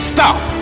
Stop